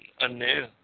anew